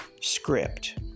script